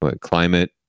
climate